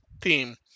theme